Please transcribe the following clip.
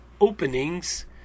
openings